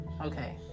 Okay